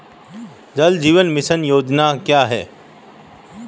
जल जीवन मिशन योजना क्या है?